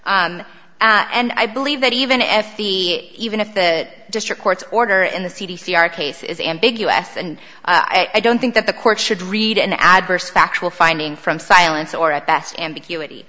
e and i believe that even if the even if the district courts order in the c d c our case is ambiguous and i don't think that the court should read an adverse factual finding from silence or at best ambiguity